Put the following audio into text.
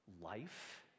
life